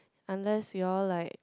unless we all like